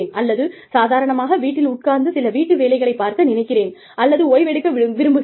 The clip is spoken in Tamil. அல்லது நான் சாதாரணமாக வீட்டில் உட்கார்ந்து சில வீட்டு வேலைகளைப் பார்க்க நினைக்கிறேன் அல்லது ஓய்வெடுக்க விரும்புகிறேன்